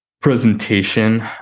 presentation